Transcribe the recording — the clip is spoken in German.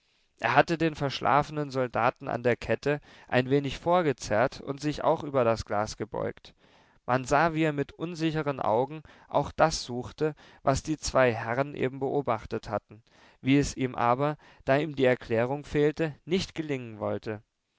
er hatte den verschlafenen soldaten an der kette ein wenig vorgezerrt und sich auch über das glas gebeugt man sah wie er mit unsicheren augen auch das suchte was die zwei herren eben beobachtet hatten wie es ihm aber da ihm die erklärung fehlte nicht gelingen wollte